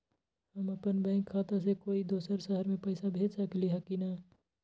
हम अपन बैंक खाता से कोई दोसर शहर में पैसा भेज सकली ह की न?